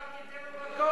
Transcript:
עוד מעט תיתן לו מכות.